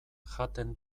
jaten